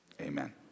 amen